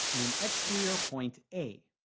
and an exterior point a.